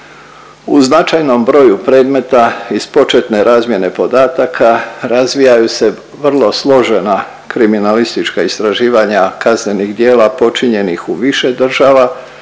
U značajnom broju predmeta iz početne razmjene podataka razvijaju se vrlo složena kriminalistička istraživanja kaznenih djela počinjenih u više država